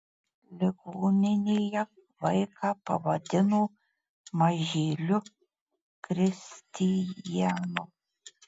ligoninėje vaiką pavadino mažyliu kristijanu